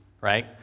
right